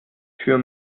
für